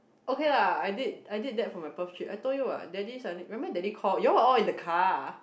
okay lah I did I did that for my Perth trip I told you what daddy suddenly remember daddy call you all were all in the car